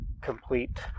complete